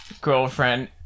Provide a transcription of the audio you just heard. girlfriend